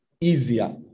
easier